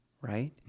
right